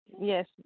Yes